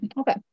okay